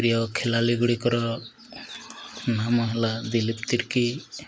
ପ୍ରିୟ ଖେଳାଳିଗୁଡ଼ିକର ନାମ ହେଲା ଦିଲୀପ ତିର୍କୀ